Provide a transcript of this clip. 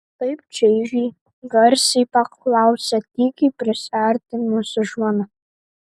taip čaižiai garsiai paklausė tykiai prisiartinusi žmona